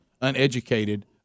uneducated